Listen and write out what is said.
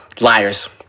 liars